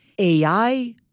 AI